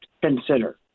consider